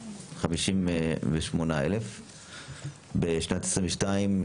58,000. בשנת 2022,